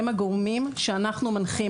הם הגורמים שאנחנו מנחים,